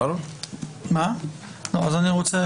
אני רוצה